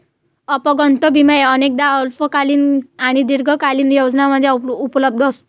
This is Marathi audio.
अपंगत्व विमा अनेकदा अल्पकालीन आणि दीर्घकालीन योजनांमध्ये उपलब्ध असतो